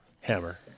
Hammer